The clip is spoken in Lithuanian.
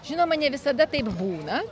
žinoma ne visada taip būna